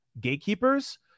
gatekeepers